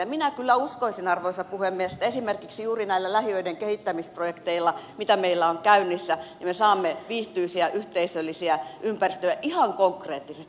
minä kyllä uskoisin arvoisa puhemies että esimerkiksi juuri näillä lähiöiden kehittämisprojekteilla mitä meillä on käynnissä me saamme viihtyisiä yhteisöllisiä ympäristöjä ihan konkreettisesti